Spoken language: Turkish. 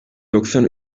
doksan